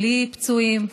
בלי פצועים,